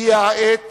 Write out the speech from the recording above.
הגיעה העת